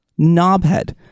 knobhead